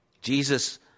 Jesus